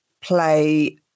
play